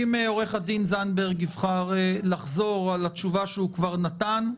אם עו"ד זנדברג יבחר לחזור על התשובה שהוא כבר נתן,